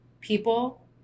people